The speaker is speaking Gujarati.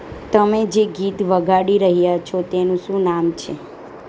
તમે જે ગીત વગાડી રહ્યાં છો તેનું શું નામ છે